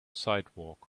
sidewalk